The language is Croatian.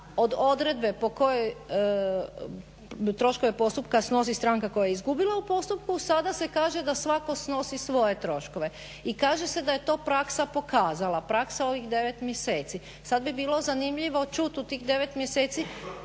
od odredbe po kojoj troškove postupka snosi stranka koja je izgubila u postupak sada se kaže da svatko snosi svoje troškove i kaže se da je to praksa pokazala, praksa ovih 9 mjeseci. Sada bi bilo zanimljivo čuti u tih 9 mjeseci